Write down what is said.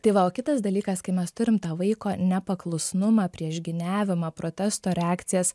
tai va o kitas dalykas kai mes turim tą vaiko nepaklusnumą priešgyniavimą protesto reakcijas